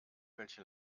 welche